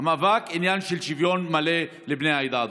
המאבק הוא עניין של שוויון מלא לבני העדה הדרוזית.